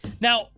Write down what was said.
Now